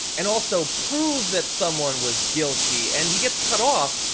and also prove that someone was guilty. and he gets cut off.